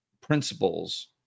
principles